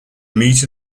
meet